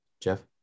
Jeff